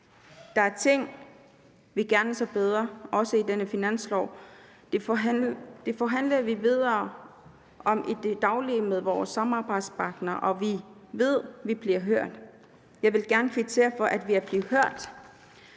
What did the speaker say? »Der er ting, vi gerne så bedre – også i denne finanslov. Det forhandler vi videre om i det daglige med vores samarbejdspartnere – og vi ved, vi bliver hørt.« Jeg vil gerne kvittere for, at vi er blevet hørt.